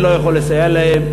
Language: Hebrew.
אני לא יכול לסייע להם,